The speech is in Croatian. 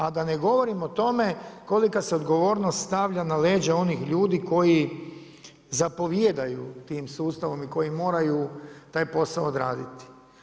A da ne govorim o tome kolika se odgovornost stavlja na leđa onih ljudi koji zapovijedaju tim sustavom i koji moraju taj posao odraditi.